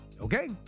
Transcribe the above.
okay